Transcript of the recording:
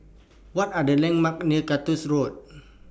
What Are The landmarks near Cactus Road